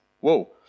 whoa